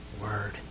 word